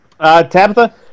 Tabitha